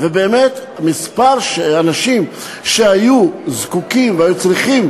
ובאמת מספר האנשים שהיו זקוקים והיו צריכים